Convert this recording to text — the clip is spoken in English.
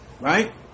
right